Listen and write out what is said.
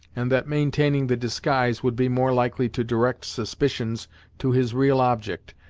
and that maintaining the disguise would be more likely to direct suspicions to his real object,